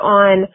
on